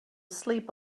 sleep